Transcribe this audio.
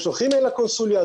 הם שולחים לקונסוליה,